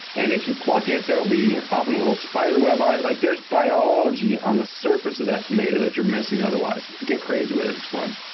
and if you pluck it, there'll be often a little spider web on it. like there's biology on the surface of that tomato that you're missing otherwise. get crazy with it. it's fun.